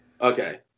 Okay